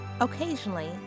Occasionally